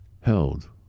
held